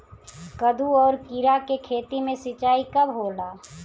कदु और किरा के खेती में सिंचाई कब होला?